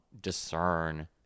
discern